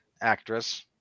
actress